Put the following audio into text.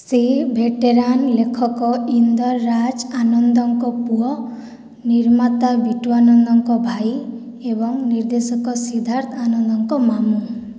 ସେ ଭେଟେରାନ୍ ଲେଖକ ଇନ୍ଦର ରାଜ ଆନନ୍ଦଙ୍କ ପୁଅ ନିର୍ମାତା ବିଟୁ ଆନନ୍ଦଙ୍କ ଭାଇ ଏବଂ ନିର୍ଦ୍ଦେଶକ ସିଦ୍ଧାର୍ଥ ଆନନ୍ଦଙ୍କ ମାମୁଁ